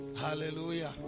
Hallelujah